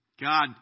God